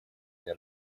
мне